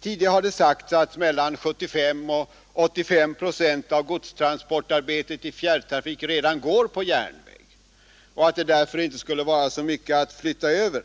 Tidigare har det sagts att mellan 75 och 85 procent av godstransportarbetet i fjärrtrafik redan går på järnväg och att det därför inte skulle vara så mycket att flytta över.